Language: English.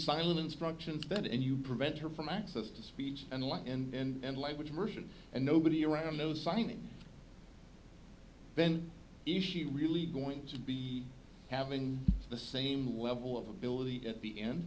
silence struction that and you prevent her from access to speech and light and language version and nobody around knows signing then if she really going to be having the same level of ability at the end